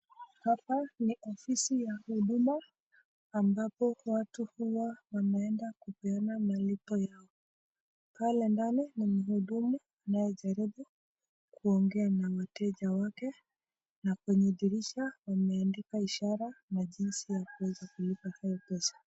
Hapa ni ofisi ya huduma ambapo huwa watu wanaenda kupeana malipo yao. Pale ndani ni mhudumu anayejaribu kuongea na wateja wake na kwenye dirisha wameandika ishara na jinsi ya kuweza kulipa hiyo pesa.